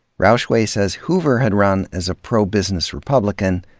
rauchway says hoover had run as a pro-business republican,